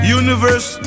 universe